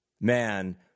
man